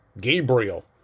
Gabriel